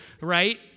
right